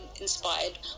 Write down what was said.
inspired